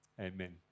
Amen